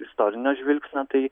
istorinio žvilgsnio tai